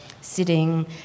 sitting